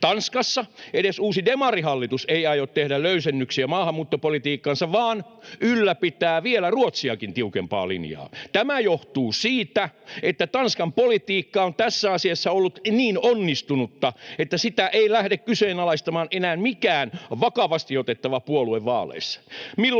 Tanskassa edes uusi demarihallitus ei aio tehdä löysennyksiä maahanmuuttopolitiikkaansa vaan ylläpitää vielä Ruotsiakin tiukempaa linjaa. Tämä johtuu siitä, että Tanskan politiikka on tässä asiassa ollut niin onnistunutta, että sitä ei lähde kyseenalaistamaan enää mikään vakavasti otettava puolue vaaleissa.